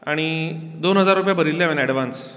आनी दोन हजार भरिल्ले हांवें एडवान्स